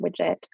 widget